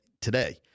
today